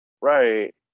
Right